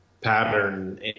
pattern